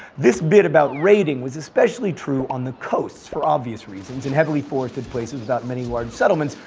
this bit about raiding was especially true on the coast for obvious reasons. in heavily forested places without many large settlements,